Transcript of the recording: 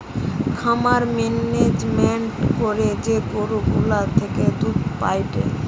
খামার মেনেজমেন্ট করে যে গরু গুলা থেকে দুধ পায়েটে